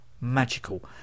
magical